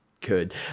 good